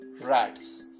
rats